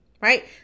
right